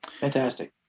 Fantastic